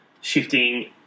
shifting